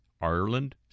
ireland